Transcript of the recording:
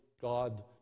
God